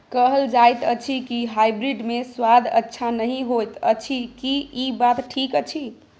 कहल जायत अछि की हाइब्रिड मे स्वाद अच्छा नही होयत अछि, की इ बात ठीक अछि?